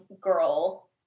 girl